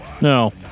No